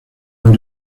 las